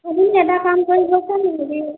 হেৰি এটা কাম কৰিবচোন হেৰি